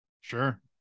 sure